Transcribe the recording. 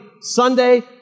Sunday